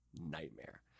nightmare